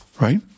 right